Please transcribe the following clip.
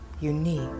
unique